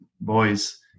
boys